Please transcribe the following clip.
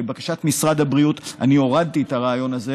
לבקשת משרד הבריאות אני הורדתי את הרעיון הזה,